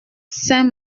saint